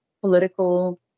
political